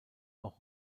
auch